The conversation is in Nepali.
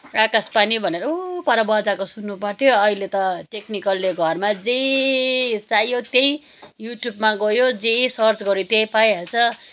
आकाशवाणी भनेर उ पर बजाएको सुन्नुपर्थ्यो अहिले त टेक्निकलले घरमा जे चाहियो त्यही युट्युबमा गयो जे सर्च गऱ्यो त्यही पाइहाल्छ